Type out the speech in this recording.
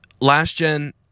last-gen